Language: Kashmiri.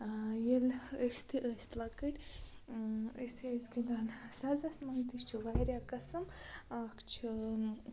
ییٚلہِ أسۍ تہِ ٲسۍ لۄکٕٹۍ أسۍ ٲسۍ گِنٛدان سَزَس منٛز تہِ چھِ واریاہ قٕسٕم اَکھ چھِ